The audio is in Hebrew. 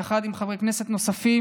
יחד עם חברי כנסת נוספים,